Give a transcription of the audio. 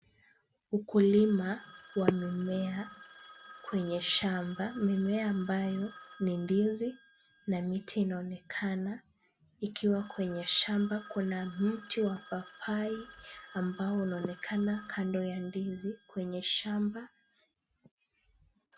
Ukulima wa mimea kwenye shamba. Mimea ambayo ni ndizi na miti inaonekana ikiwa kwenye shamba. Kuna mti wa papai ambao unaonekana kando ya ndizi kwenye shamba.